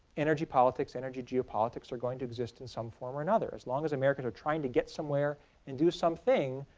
energy politics, energy geopolitics are going to exist in some form or another. as long as americans are trying to get somewhere and do something